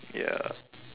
ya